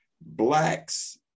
Blacks